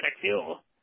fuel